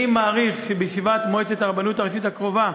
אני מעריך שבישיבת מועצת הרבנות הראשית הקרובה,